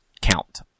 count